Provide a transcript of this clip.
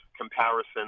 comparison